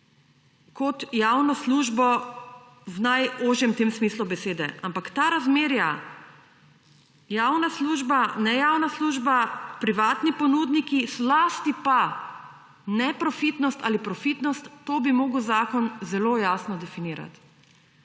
kot javno službo v najožjem smislu besede. Ampak ta razmerja, javna služba, nejavna služba, privatni ponudniki, zlasti pa neprofitnost ali profitnost, to bi moral zakon zelo jasno definirati.